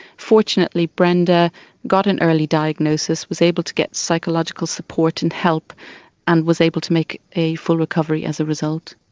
fortunately brenda got an early diagnosis, was able to get psychological support and help and was able to make a full recovery as a result.